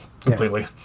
completely